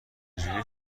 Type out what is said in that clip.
جوری